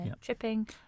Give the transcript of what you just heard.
tripping